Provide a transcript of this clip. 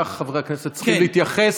כך חברי הכנסת צריכים להתייחס